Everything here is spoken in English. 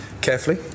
carefully